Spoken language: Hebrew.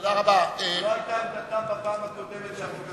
זו לא היתה עמדתם בפעם הקודמת כשהחוק הזה עלה.